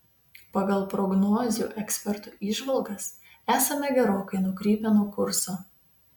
pagal prognozių ekspertų įžvalgas esame gerokai nukrypę nuo kurso